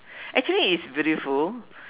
actually is beautiful